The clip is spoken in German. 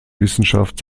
wissenschaft